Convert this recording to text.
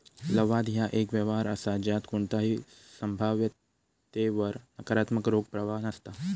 लवाद ह्या एक व्यवहार असा ज्यात कोणताही संभाव्यतेवर नकारात्मक रोख प्रवाह नसता